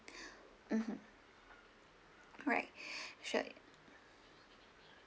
mmhmm right sure